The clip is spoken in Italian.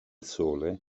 sole